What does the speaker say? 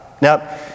Now